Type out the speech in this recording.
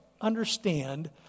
understand